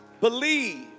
believe